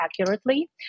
accurately